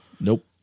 Nope